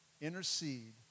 Intercede